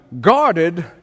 guarded